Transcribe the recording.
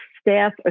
staff